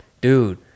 dude